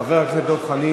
חבר הכנסת דב חנין,